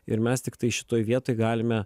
ir mes tiktai šitoj vietoj galime